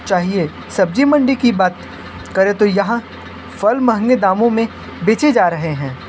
चाहिए सब्जी मंडी की बात करें तो यहाँ फल महंगे दामों में बेचे जा रहे हैं